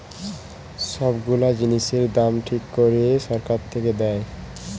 সব গুলা জিনিসের দাম ঠিক করে সরকার থেকে দেয়